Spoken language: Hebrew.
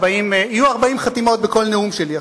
יהיו 40 חתימות בכל נאום שלי עכשיו.